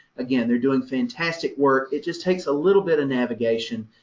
again, they're doing fantastic work, it just takes a little bit of navigation,